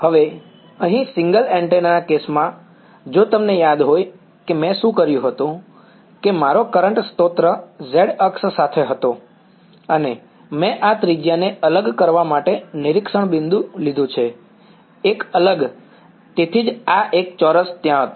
હવે અહીં single antenna કેસમાં જો તમને યાદ હોય કે મેં શું કર્યું હતું કે મારો કરંટ સ્ત્રોત z અક્ષ સાથે હતો અને મેં આ ત્રિજ્યાને અલગ કરવા માટે નિરીક્ષણ બિંદુ લીધું છે એક અલગ તેથી જ આ એક ચોરસ ત્યાં હતો